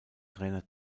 trainer